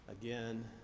Again